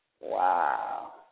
Wow